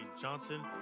johnson